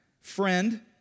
friend